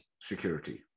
security